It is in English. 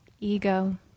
Ego